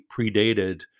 predated